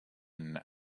and